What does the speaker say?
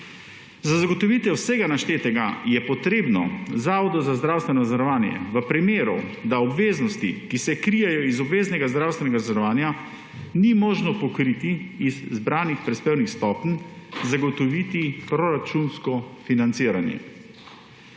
Za zagotovitev vsega naštetega je treba Zavodu za zdravstveno zavarovanje v primeru, da obveznosti, ki se krijejo iz obveznega zdravstvenega zavarovanja, ni možno pokriti iz zbranih prispevnih stopenj, zagotoviti proračunsko financiranje.